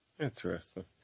Interesting